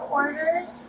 orders